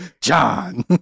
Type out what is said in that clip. john